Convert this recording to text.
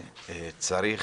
צריך